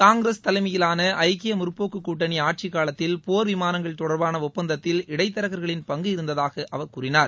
காங்கிரஸ் தலைமையிலான ஐக்கிய முற்போக்கு கூட்டணி ஆட்சிக் காலத்தில் போர் விமானங்கள் தொடர்பான ஒப்பந்தத்தில் இடைத்தரர்களின் பங்கு இருந்ததாக அவர் கூறினார்